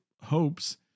hopes